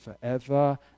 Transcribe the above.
forever